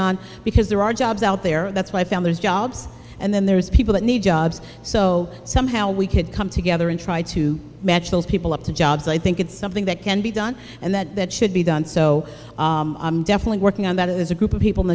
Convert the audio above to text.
on because there are jobs out there that's why i found those jobs and then there's people that need jobs so somehow we could come together and try to match those people up to jobs i think it's something that can be done and that that should be done so i'm definitely working on that as a group of people in